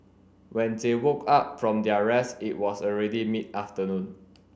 when they woke up from their rest it was already mid afternoon